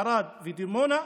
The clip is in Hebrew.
ערד ודימונה,